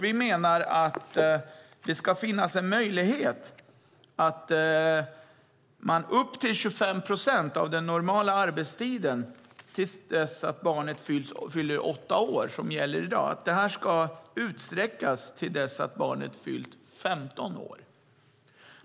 Vi menar att möjligheten att gå ned i arbetstid upp till 25 procent av den normala arbetstiden till dess att barnet fyller åtta år ska utsträckas till dess att barnet fyllt 15 år.